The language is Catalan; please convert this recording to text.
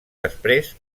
després